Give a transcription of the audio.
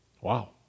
Wow